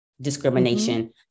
discrimination